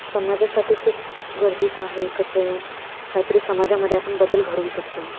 समाजासाठी खूप गरजेचं आहे एकत्र येऊन काहीतरी समाजामध्ये आपण बदल घडवू शकतो